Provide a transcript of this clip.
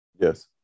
Yes